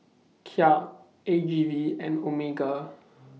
Kia A G V and Omega